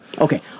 okay